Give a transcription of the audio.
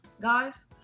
guys